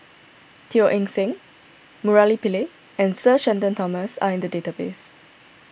Teo Eng Seng Murali Pillai and Sir Shenton Thomas are in the database